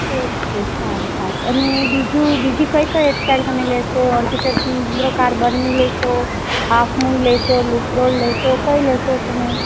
okay સારું સારું અને બીજું બીજી કઈ કઈ હેર સ્ટાઈલ તમે લેશો અર્ધ ચંદ્રાકાર બનની લેશો હાફ મુન લેશો લૂપ રોલ કઇ લેશો તમે